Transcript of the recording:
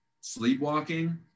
sleepwalking